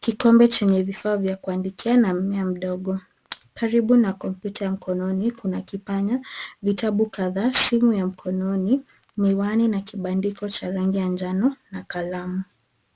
kikombe chenye vifaa vya kuandikia na mmea mdogo. Karibu na kompyuta ya mkononi kuna kipanya, vitabu kadhaa, simu ya mkononi, miwani na kibandiko cha rangi ya njano na kalamu.